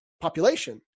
population